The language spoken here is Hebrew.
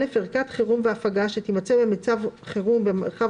(א) ערכת חירום והפגה שתימצא במצב חירום במרחב